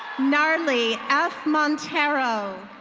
narlee f montero.